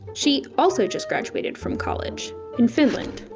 she also just graduated from college in finland.